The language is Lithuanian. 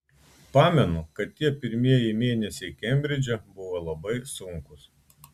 pamenu kad tie pirmieji mėnesiai kembridže buvo labai sunkūs